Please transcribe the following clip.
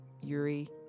Yuri